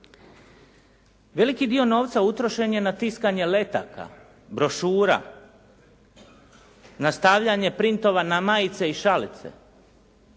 Veliki dio novca utrošen je na tiskanje letaka, brošura, na stavljanje printova na majice i šalice.